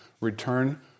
return